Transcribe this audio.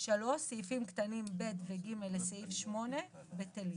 (3)סעיפים קטנים (ב) ו-(ג) לסעיף 8, בטלים.